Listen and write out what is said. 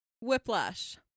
Whiplash